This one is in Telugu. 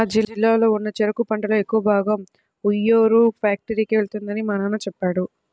మా జిల్లాలో ఉన్న చెరుకు పంటలో ఎక్కువ భాగం ఉయ్యూరు ఫ్యాక్టరీకే వెళ్తుందని మా నాన్న చెప్పాడు